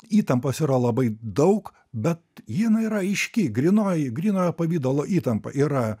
įtampos yra labai daug bet jinai yra aiški grynoji grynojo pavidalo įtampa yra